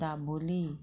Dabolim